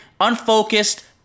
unfocused